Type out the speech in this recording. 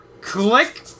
click